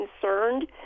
concerned